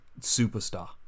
superstar